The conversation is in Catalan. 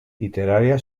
literària